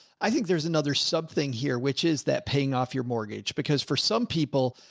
i think there's another sub thing here, which is that paying off your mortgage because for some people,